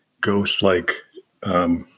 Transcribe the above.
ghost-like